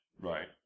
Right